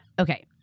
Okay